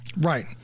Right